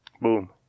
boom